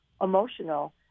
emotional